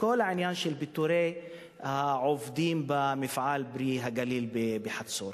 כל העניין של פיטורי העובדים במפעל "פרי הגליל" בחצור.